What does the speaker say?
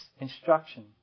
instruction